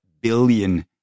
billion